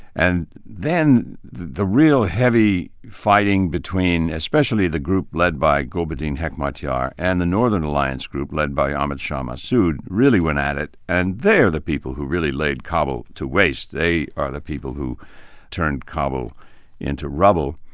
and then the real heavy fighting between especially the group led by gulbuddin hekmatyar and the northern alliance group, led by ahmad shah massoud, really went at it and they're the people who rally laid kabul to waste. they are the people who turned kabul into rubble,